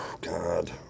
God